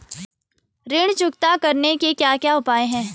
ऋण चुकता करने के क्या क्या उपाय हैं?